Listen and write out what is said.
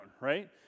Right